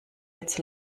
jetzt